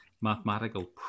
mathematical